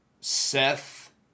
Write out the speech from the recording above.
Seth